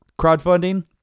crowdfunding